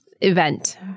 event